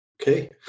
Okay